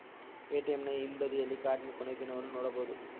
ಎ.ಟಿ.ಎಂನ ಹಿಂಬದಿಯಲ್ಲಿ ಕಾರ್ಡಿನ ಕೊನೆಯ ದಿನವನ್ನು ನೊಡಬಹುದು